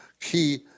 key